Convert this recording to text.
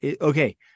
Okay